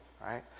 right